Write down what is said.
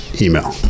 email